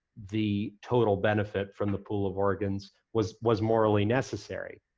the total benefit from the pool of organs was was morally necessary.